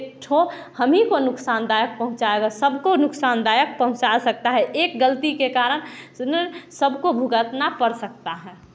हम ही को नुकसान दायक पहुँचाएगा सबको नुकसान दायक पहुँचा सकता है एक गलती के कारण सुन् सबको भुगतना पड़ सकता है